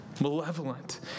malevolent